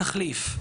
אין לזה תחליף.